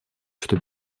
что